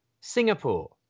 Singapore